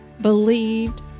believed